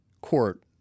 court